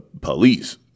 police